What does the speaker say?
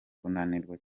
kunanirwa